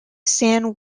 san